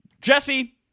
Jesse